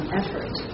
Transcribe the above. effort